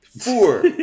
Four